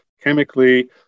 chemically